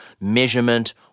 measurement